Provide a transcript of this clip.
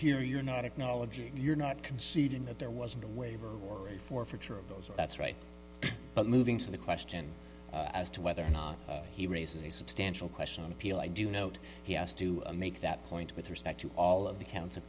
here you're not acknowledging you're not conceding that there wasn't a waiver or a forfeiture of those that's right but moving to the question as to whether or not he raises a substantial question on appeal i do note he has to make that point with respect to all of the count